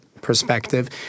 perspective